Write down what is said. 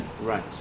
Right